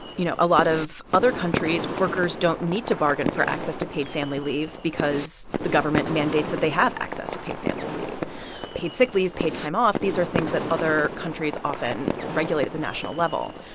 you know, a lot of other countries, workers don't need to bargain for access to paid family leave because the government mandates that they have access to paid family leave paid sick leave, paid time off these are things that other countries often regulate at the national level.